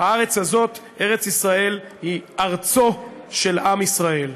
הארץ הזאת, ארץ-ישראל, היא ארצו של עם ישראל.